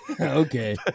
Okay